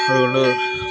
അതുകൊണ്ട്